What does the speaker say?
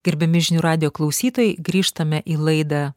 gerbiami žinių radijo klausytojai grįžtame į laidą